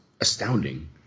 astounding